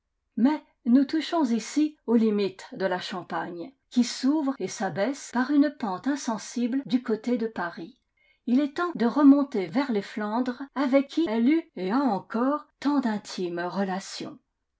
mais nous touchons ici aux limites de la champagne qui s'ouvre et s'abaisse par une pente insensible du côté de paris il est temps de remonter vers les flandres avec qui elle eut et a encore tant d'intimes relations